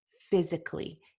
physically